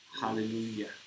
hallelujah